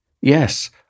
Yes